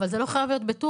אבל זה לא חייב להיות בטור,